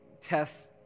tests